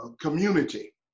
community